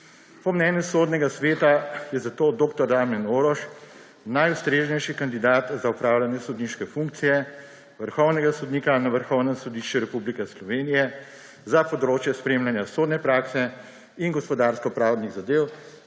Po mnenju Sodnega sveta je zato dr. Damjan Orož najustreznejši kandidat za opravljanje sodniške funkcije vrhovnega sodnika na Vrhovnem sodišču Republike Slovenije za področje spremljanja sodne prakse in gospodarskopravnih zadev,